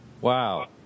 Wow